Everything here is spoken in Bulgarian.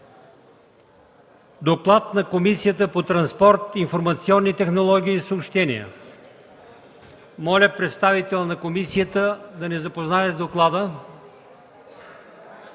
доклад на Комисията по транспорт, информационни технологии и съобщения. Моля представител на комисията да ни запознае с доклада.